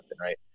right